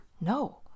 No